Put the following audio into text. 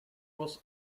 was